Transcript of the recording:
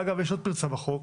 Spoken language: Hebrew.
אגב יש עוד פרצה בחוק,